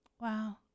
Wow